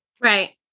Right